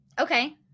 Okay